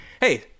Hey